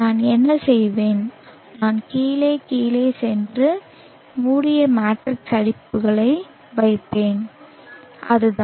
நான் என்ன செய்வேன் நான் கீழே கீழே சென்று மூடிய மேட்ரிக்ஸ் அடைப்புகளை வைப்பேன் அதுதான்